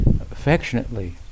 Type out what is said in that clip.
affectionately